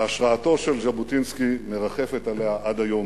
והשראתו של ז'בוטינסקי מרחפת עליה עד היום.